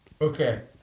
Okay